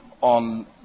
on